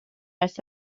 ers